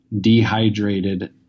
dehydrated